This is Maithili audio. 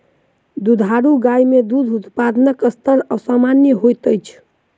दुधारू गाय मे दूध उत्पादनक स्तर असामन्य होइत अछि